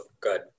good